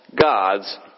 gods